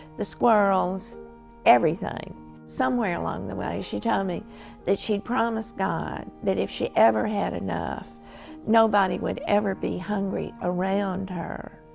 the squirrels everything somewhere along the way she told me that she promised god that if she ever had enough nobody would ever be hungry around her.